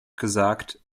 gesagt